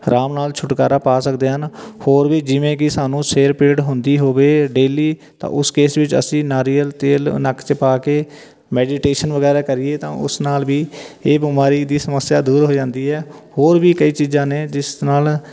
ਆਰਾਮ ਨਾਲ ਛੁਟਕਾਰਾ ਪਾ ਸਕਦੇ ਹਨ ਹੋਰ ਵੀ ਜਿਵੇਂ ਕਿ ਸਾਨੂੰ ਸਿਰ ਪੀੜ ਹੁੰਦੀ ਹੋਵੇ ਡੇਲੀ ਤਾਂ ਉਸ ਕੇਸ ਵਿੱਚ ਅਸੀਂ ਨਾਰੀਅਲ ਤੇਲ ਨੱਕ 'ਚ ਪਾ ਕੇ ਮੈਡੀਟੇਸ਼ਨ ਵਗੈਰਾ ਕਰੀਏ ਤਾਂ ਉਸ ਨਾਲ ਵੀ ਇਹ ਬਿਮਾਰੀ ਦੀ ਸਮੱਸਿਆ ਦੂਰ ਹੋ ਜਾਂਦੀ ਹੈ ਹੋਰ ਵੀ ਕਈ ਚੀਜ਼ਾਂ ਨੇ ਜਿਸ ਨਾਲ